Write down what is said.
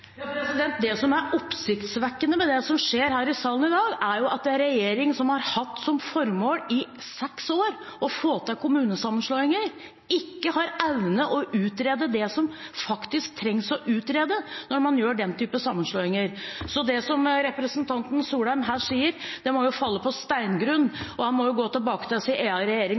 Det som er oppsiktsvekkende med det som skjer i salen i dag, er at en regjering som har hatt som formål i seks år å få til kommunesammenslåinger, ikke har evnet å utrede det som faktisk trengs å utredes når man gjør den typen sammenslåinger. Det som representanten Soleim her sier, må jo falle på steingrunn, og han må gå tilbake til sin egen regjering